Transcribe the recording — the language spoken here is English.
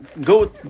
go